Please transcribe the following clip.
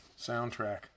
soundtrack